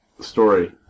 story